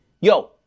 Yo